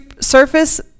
surface